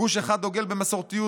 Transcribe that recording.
גוש אחד דוגל במסורתיות,